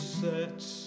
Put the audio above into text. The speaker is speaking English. sets